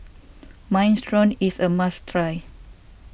Minestrone is a must try